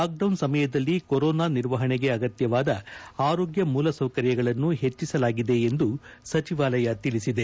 lock down ಸಮಯದಲ್ಲಿ corona ನಿರ್ವಹಣೆಗೆ ಅಗತ್ಲವಾದ ಆರೋಗ್ಯ ಮೂಲಸೌಕರ್ಯಗಳನ್ನು ಹೆಚ್ಚಿಸಲಾಗಿದೆ ಎಂದು ಸಚಿವಾಲಯ ತಿಳಿಸಿದೆ